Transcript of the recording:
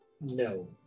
No